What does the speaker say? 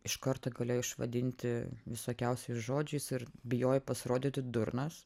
iš karto galėjo išvadinti visokiausiais žodžiais ir bijojai pasirodyti durnas